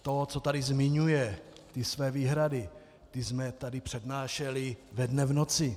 To, co tady zmiňuje, ty své výhrady, jsme tady přednášeli ve dne v noci.